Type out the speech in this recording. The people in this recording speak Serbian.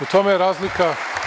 U tome je razlika.